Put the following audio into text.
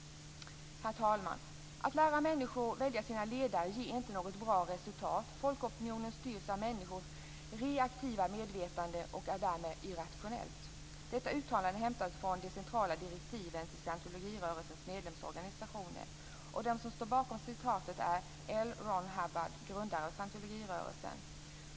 Herr talman! Att lära människor att välja sina ledare ger inte något bra resultat. Folkopinionen styrs av människors reaktiva medvetande och är därmed irrationellt. Detta uttalande är hämtat från de centrala direktivet i scientologirörelsens medlemsorganisation. Den som står bakom citatet är L Ron Hubbard, grundaren av scientologirörelsen.